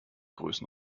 größen